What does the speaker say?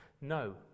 No